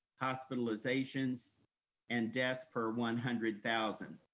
hospitalizations and deaths per one hundred thousand.